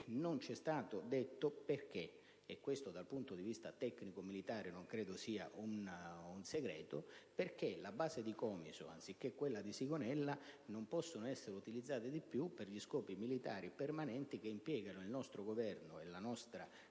non ci è stato detto perché - e dal punto di vista tecnico-militare non credo sia un segreto - la base di Comiso o quella di Sigonella non possono essere utilizzate di più per gli scopi militari permanenti che comportano le scelte del nostro Governo e la nostra